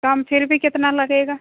कम फिर भी कितना लगेगा